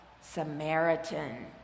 Samaritan